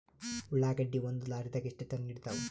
ಉಳ್ಳಾಗಡ್ಡಿ ಒಂದ ಲಾರಿದಾಗ ಎಷ್ಟ ಟನ್ ಹಿಡಿತ್ತಾವ?